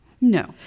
No